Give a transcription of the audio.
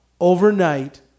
overnight